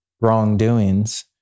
wrongdoings